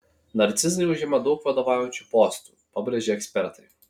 narcizai užima daug vadovaujančių postų pabrėžia ekspertai